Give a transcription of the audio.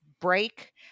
break